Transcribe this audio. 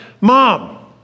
Mom